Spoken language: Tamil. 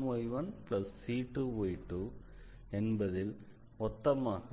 c1y1c2y2 என்பதை மொத்தமாக